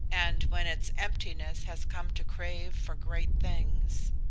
and when its emptiness has come to crave for great things.